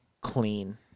clean